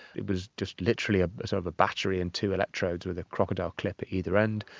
it was just literally ah sort of a battery and two electrodes with a crocodile clip at either end,